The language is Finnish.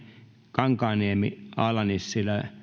kankaanniemi ala nissilä